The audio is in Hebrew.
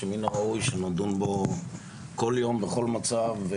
שמן הראוי שנדון בו כל יום בכל מצב,